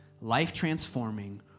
life-transforming